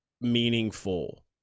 meaningful